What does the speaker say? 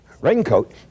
raincoat